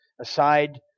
aside